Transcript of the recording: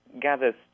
gathers